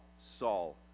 Saul